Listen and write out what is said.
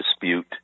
dispute